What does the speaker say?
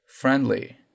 friendly